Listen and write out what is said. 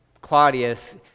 Claudius